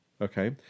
okay